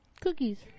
Cookies